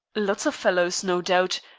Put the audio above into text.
lots of fellows, no doubt.